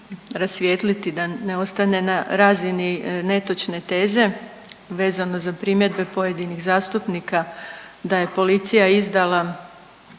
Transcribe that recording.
rasvijetlili da ne ostane na razini netočne teze vezano za primjedbe pojedinih zastupnika da je policija izdala